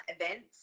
events